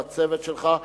לצוות שלך,